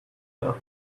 there